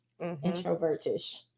introvertish